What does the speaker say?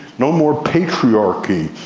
no more patriarchies,